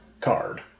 card